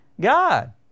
god